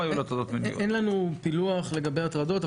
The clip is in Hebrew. אין לנו פילוח לגבי הטרדות.